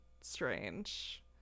strange